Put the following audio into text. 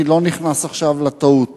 אני לא נכנס עכשיו לטעות